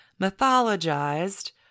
mythologized